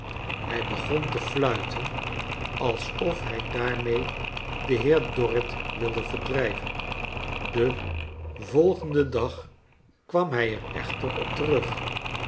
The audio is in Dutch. hij begon te fluiten alsof hij daarmee den heer dorrit wilde verdrrjven den volgenden dag kwam hij er echter op terug